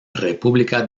república